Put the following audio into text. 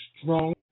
strong